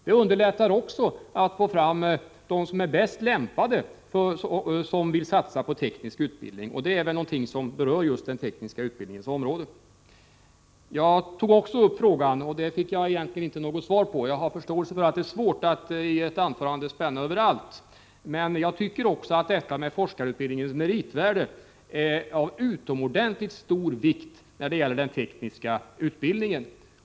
Ett sätt att underlätta intagningen är också att få fram vilka som är bäst lämpade för och villiga att satsa på teknisk utbildning. Jag tog vidare upp en fråga som jag egentligen inte fick något svar på. Jag har förståelse för att det är svårt att i ett anförande spänna över allt, men jag tycker att forskarutbildningens meritvärde är av utomordentligt stor vikt vad gäller den tekniska utbildningen.